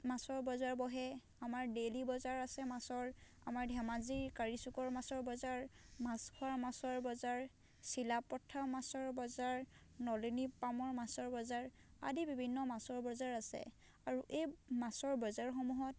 মাছৰ বজাৰ বহে আমাৰ ডেইলী বজাৰ আছে মাছৰ আমাৰ ধেমাজিৰ কাৰিচুকৰ মাছৰ বজাৰ মাছখোৱা মাছৰ বজাৰ চিলাপথাৰ মাছৰ বজাৰ নলনী পামৰ মাছৰ বজাৰ আদি বিভিন্ন মাছৰ বজাৰ আছে আৰু এই মাছৰ বজাৰসমূহত